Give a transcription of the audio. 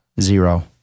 Zero